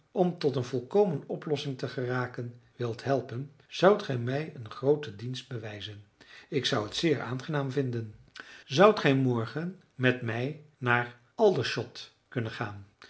om tot een volkomen oplossing te geraken wilt helpen zoudt gij mij een grooten dienst bewijzen ik zou het zeer aangenaam vinden zoudt gij morgen met mij naar aldershot kunnen gaan